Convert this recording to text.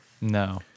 No